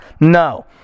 no